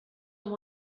amb